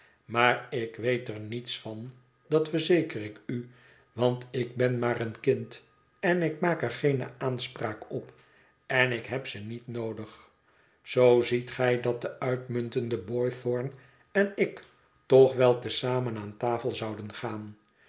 maar ik weet er niets van dat verzeker ik u want ik ben maar een kind en ik maak er geene aanspraak op en ik heb ze niet noodig zoo ziet gij dat de uitmuntende boythorn en ik toch wel te zamen aan tafel zouden gaan